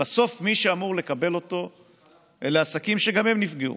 שמירת המידע של המעסיקים והעובדים המבקשים